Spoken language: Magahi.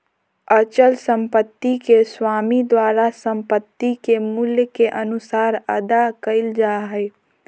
अचल संपत्ति के स्वामी द्वारा संपत्ति के मूल्य के अनुसार अदा कइल जा हइ